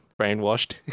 brainwashed